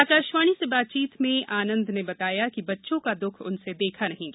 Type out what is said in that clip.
आकाशवाणी से बातचीत में आनंद ने बताया कि श्रमिकों का द्रख उनसे देखा नहीं गया